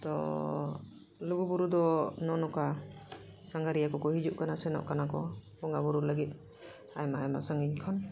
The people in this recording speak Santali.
ᱛᱚ ᱞᱩᱜᱩᱵᱩᱨᱩ ᱫᱚ ᱱᱚᱜᱼᱚ ᱱᱚᱝᱠᱟ ᱥᱟᱸᱜᱷᱟᱨᱤᱭᱟᱹ ᱠᱚᱠᱚ ᱦᱤᱡᱩᱜ ᱠᱟᱱᱟ ᱥᱮᱱᱚᱜ ᱠᱟᱱᱟ ᱠᱚ ᱵᱚᱸᱜᱟ ᱵᱩᱨᱩ ᱞᱟᱹᱜᱤᱫ ᱟᱭᱢᱟ ᱟᱭᱢᱟ ᱥᱟᱺᱜᱤᱧ ᱠᱷᱚᱱ